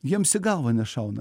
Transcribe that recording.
jiems į galvą nešauna